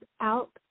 out